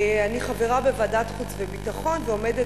אני חברה בוועדת החוץ והביטחון ועומדת